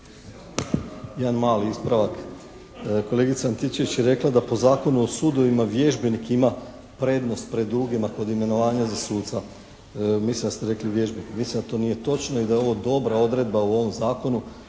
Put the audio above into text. Jedan mali ispravak. Kolegica Antičević je rekla da po Zakonu o sudovima, vježbenik ima prednost pred drugima kod imenovanja za suca. Mislim da ste rekli vježbenik. Mislim da to nije točno i da je ovo odredba u ovom zakonu